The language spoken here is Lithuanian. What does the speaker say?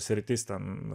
sritis ten